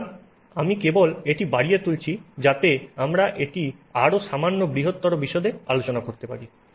সুতরাং আমি কেবল এটি বাড়িয়ে তুলছি যাতে আমরা এটি আরও সামান্য বৃহত্তর বিশদে আলোচনা করতে পারি